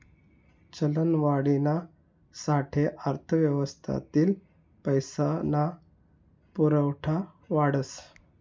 चलनवाढीना साठे अर्थव्यवस्थातील पैसा ना पुरवठा वाढस